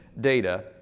data